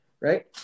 right